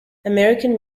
american